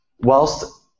whilst